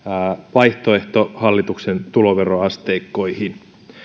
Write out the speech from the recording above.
vaihtoehto hallituksen tuloveroasteikkoihin